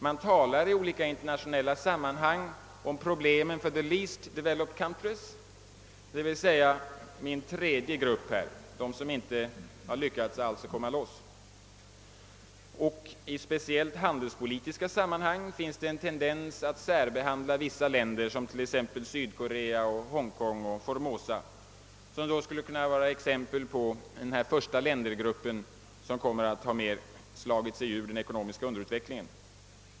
Man talar ju i olika internationella sammanhang om problemen för »the least developed countries», d.v.s. den tredje ländergruppen som inte har lyckats komma loss. Speciellt i handelspolitiska sammanhang finns det också en tendens att särbehandla vissa länder, t.ex. Sydkorea, Hongkong och Formosa, vilka då skulle kunna utgöra exempel på den första ländergruppen, som kommer att mera påtagligt ha slagit sig ut ur den ekonomiska underutvecklingen.